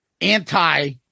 anti-